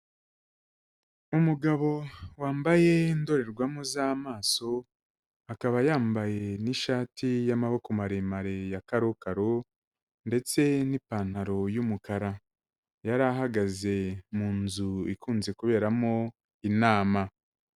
Umugabo wambaye indorerwamo z'amaso, akaba yambaye n'ishati y'amaboko maremare ya karokaro ndetse n'ipantaro y'umukara. Yari ahagaze mu nzu ikunze kuberamo inama.